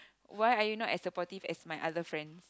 why are you not as supportive as my other friend